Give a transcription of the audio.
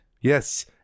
Yes